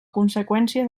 conseqüència